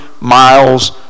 miles